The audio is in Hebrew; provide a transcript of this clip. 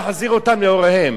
להחזיר אותן להוריהן.